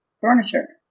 furniture